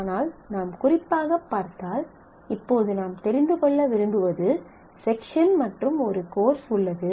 ஆனால் நாம் குறிப்பாகப் பார்த்தால் இப்போது நாம் தெரிந்து கொள்ள விரும்புவது செக்ஷன் மற்றும் ஒரு கோர்ஸ் உள்ளது